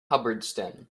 hubbardston